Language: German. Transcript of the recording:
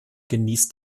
genießt